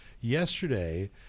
yesterday